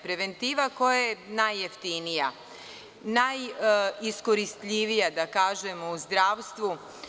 Preventiva, koja je najjeftinija, najiskoristljivija u zdravstvu.